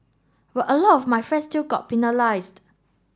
but a lot of my friends still got penalised